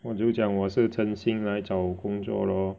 我就讲我是诚心来找工作 lor